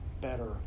better